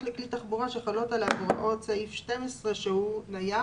לכלי תחבורה שחלות עליו הוראות סעיף 12 שהוא נייח.